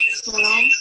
דיון.